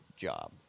job